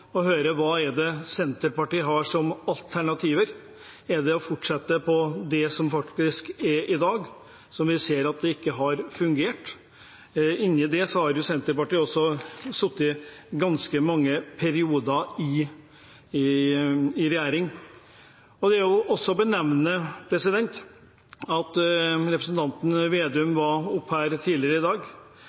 å høre hva Senterpartiet har som alternativ. Er det å fortsette slik det faktisk er i dag, som vi ser at ikke har fungert? Senterpartiet har også sittet ganske mange perioder i regjering. Det kan også nevnes at representanten Slagsvold Vedum var oppe her tidligere i dag,